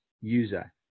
user